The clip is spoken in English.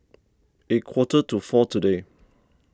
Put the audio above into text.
a quarter to four today